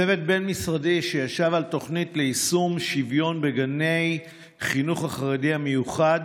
צוות בין-משרדי שישב על תוכנית ליישום שוויון בגני החינוך החרדי המיוחד